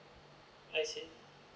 I see